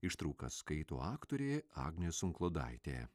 ištrauką skaito aktorė agnė sunklodaitė